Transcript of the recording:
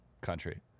country